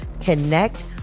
connect